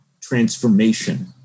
transformation